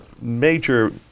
major